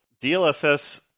DLSS